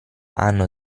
hanno